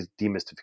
demystification